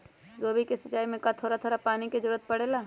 गोभी के सिचाई में का थोड़ा थोड़ा पानी के जरूरत परे ला?